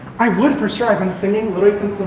i would for sure i've been singing, but